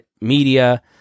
media